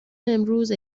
امروز